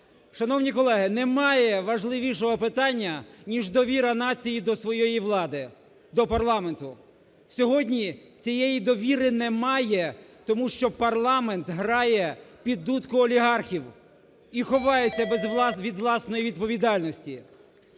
Шановні колеги, немає важливішого питання ніж довіра нації до своєї влади, до парламенту. Сьогодні цієї довіри немає, тому що парламент грає під дудку олігархів і ховається від власної відповідальності.